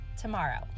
tomorrow